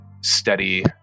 steady